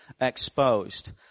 exposed